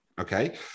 okay